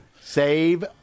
Save